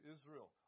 Israel